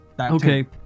Okay